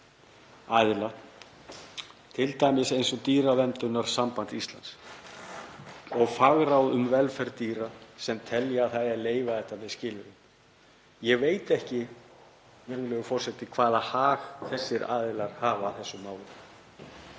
aðila eins og Dýraverndarsamband Íslands og fagráð um velferð dýra sem telja að það eigi að leyfa þetta með skilyrðum. Ég veit ekki, virðulegur forseti, hvaða hag þessir aðilar hafa þessu máli.